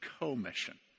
commission